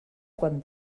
quan